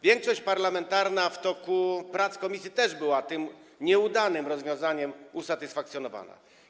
Większość parlamentarna w toku prac komisji też była tym nieudanym rozwiązaniem usatysfakcjonowana.